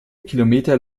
kilometer